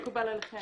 אם מקובל עליכם.